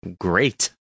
great